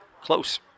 Close